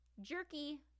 Jerky